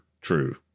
True